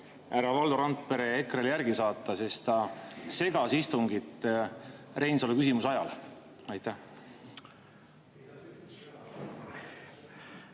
härra Valdo Randpere EKRE-le järele saata, sest ta segas istungit Reinsalu küsimuse ajal? Aitäh,